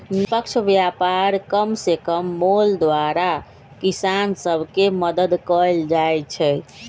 निष्पक्ष व्यापार कम से कम मोल द्वारा किसान सभ के मदद कयल जाइ छै